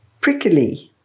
prickly